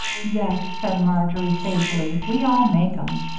yes, said marjory, sagely, we all make em.